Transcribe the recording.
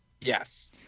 Yes